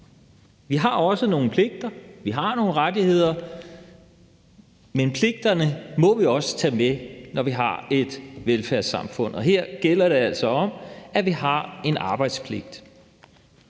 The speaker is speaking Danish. Vi har også nogle pligter, vi har nogle rettigheder, men pligterne må vi også tage med, når vi har et velfærdssamfund, og her gælder det altså om, at vi har en arbejdspligt.